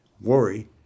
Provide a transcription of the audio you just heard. worry